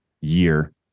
year